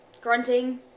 grunting